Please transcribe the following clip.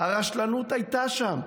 הרשלנות הייתה שם.